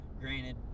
Granted